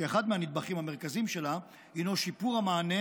ואחד מהנדבכים המרכזיים שלה הינו שיפור המענה,